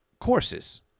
courses